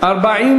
הוראת שעה),